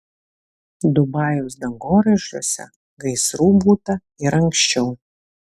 dubajaus dangoraižiuose gaisrų būta ir anksčiau